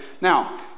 Now